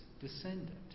descendant